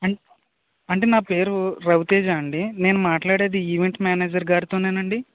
అంటే నా పేరు రవితేజ అండి నేను మాట్లాడేది ఈవెంట్ మేనేజర్ గారితోనేనా అండి